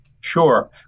Sure